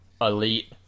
elite